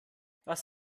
was